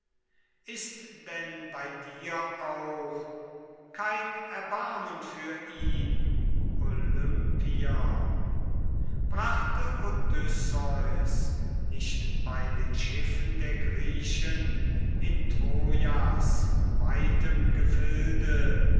ist denn bei dir auch kein erbarmen für ihn olympier brachte odysseus nicht bei den schiffen der griechen in trojas weitem gefilde